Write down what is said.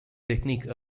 technique